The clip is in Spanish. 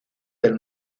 del